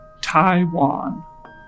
Taiwan